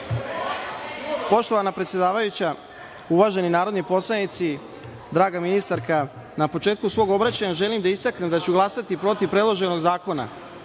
Poštovana predsedavajuća, uvaženi narodni poslanici, draga ministarka na početku svog obraćanja želim da istaknem da ću glasati protiv predloženog zakona,